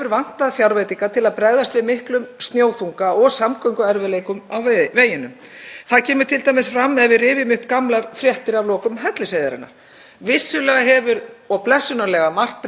Vissulega og blessunarlega hefur margt breyst í gegnum tíðina, tækjakosturinn er orðinn öflugri og vegurinn er gerður stærri og aðgengilegri og betri með vegriðum. En dugar það til?